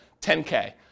10K